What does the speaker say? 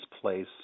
place